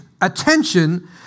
attention